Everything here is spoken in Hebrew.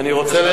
אני רוצה,